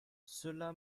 cela